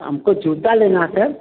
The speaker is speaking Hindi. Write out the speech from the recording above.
हमको जूता लेना सर